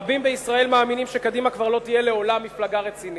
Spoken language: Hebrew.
רבים בישראל מאמינים שקדימה כבר לא תהיה לעולם מפלגה רצינית.